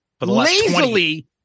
Lazily